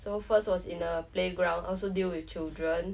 so first was in a playground also deal with children